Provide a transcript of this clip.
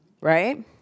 right